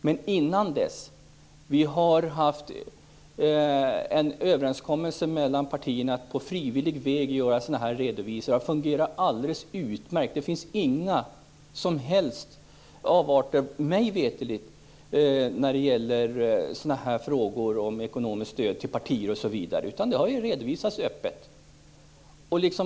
Men nu har vi gjort en överenskommelse mellan partierna att på frivillig väg göra sådana redovisningar, och det fungerar alldeles utmärkt. Det finns inga som helst avarter mig veterligt i frågor om ekonomiskt stöd till partier, utan det har redovisats öppet.